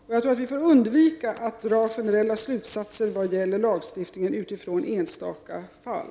Vi måste undvika att dra generella slutsatser vad gäller lagstiftningen med utgångspunkt i enstaka fall.